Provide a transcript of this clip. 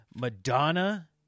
Madonna